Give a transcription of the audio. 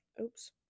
Oops